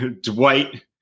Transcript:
Dwight